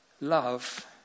Love